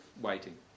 waiting